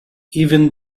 even